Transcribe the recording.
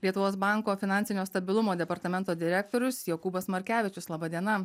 lietuvos banko finansinio stabilumo departamento direktorius jokūbas markevičius laba diena